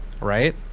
right